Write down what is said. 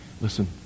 listen